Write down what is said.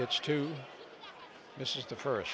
gets to this is the first